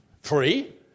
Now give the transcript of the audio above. free